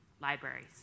libraries